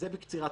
תודה רבה.